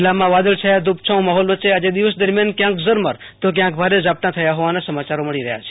જિલ્લામાં વાદળછાયા ધૂપછાંવ માહોલ વચ્ચે આજે દિવસ દરમિયાન કયાંક ઝરમર તો કયાંક ભારે ઝાપટાં થયાં હોવાના સમાચારો મળી રહયા છે